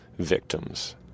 Victims